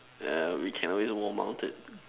yeah we can always wall mount it